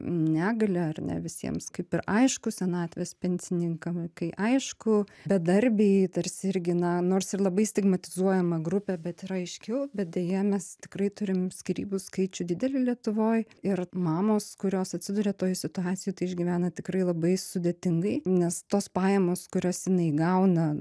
negalią ar ne visiems kaip ir aišku senatvės pensininkam kai aišku bedarbiai tarsi irgi na nors ir labai stigmatizuojama grupė bet yra aiškiau bet deja mes tikrai turim skyrybų skaičių didelį lietuvoj ir mamos kurios atsiduria toj situacijoj išgyvena tikrai labai sudėtingai nes tos pajamos kurias jinai gauna